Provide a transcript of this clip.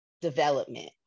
development